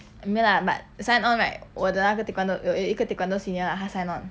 没有 lah but sign on right 我的那个 taekwondo 有一个 taekwondo senior lah 他 sign on